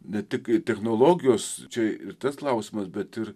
ne tik technologijos čia ir tas klausimas bet ir